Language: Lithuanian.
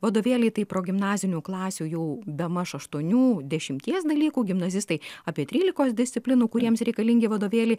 vadovėliai tai pro gimnazinių klasių jau bemaž aštuonių dešimties dalykų gimnazistai apie trylikos disciplinų kuriems reikalingi vadovėliai